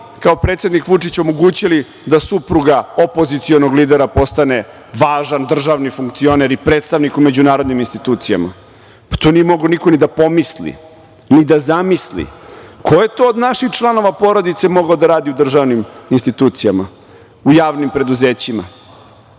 kao predsednik Vučić omogućili da supruga opozicionog lidera postane važan državni funkcioner i predstavnik u međunarodnim institucijama. To nije mogao niko ni da pomisli, ni da zamisli. Ko je to od naših članova porodice mogao da radi u državnim institucijama, u javnim preduzećima? Kada